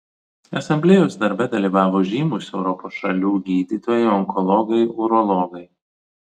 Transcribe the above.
asamblėjos darbe dalyvavo žymūs europos šalių gydytojai onkologai urologai